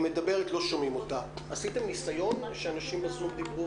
שמעת את ההקדמה שלי?